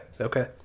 okay